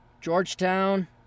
Georgetown